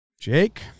Jake